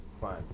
Fine